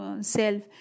self